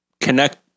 connect